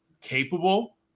capable